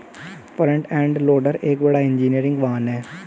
front end loader एक बड़ा engineering वाहन है